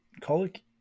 colic